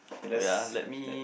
okay let's have that